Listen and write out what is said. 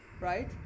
right